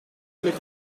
ligt